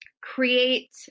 create